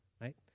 right